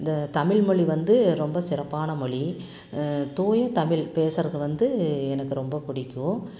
இந்த தமிழ்மொலி வந்து ரொம்ப சிறப்பான மொழி தூய தமிழ் பேசுகிறது வந்து எனக்கு ரொம்ப பிடிக்கும்